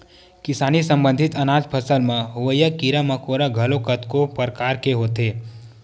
किसानी संबंधित अनाज फसल म होवइया कीरा मकोरा घलोक कतको परकार के होथे